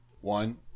One